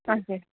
हजुर